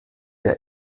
der